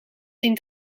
zien